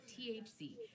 THC